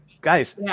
guys